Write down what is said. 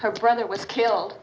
her brother was killed